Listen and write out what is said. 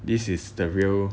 this is the real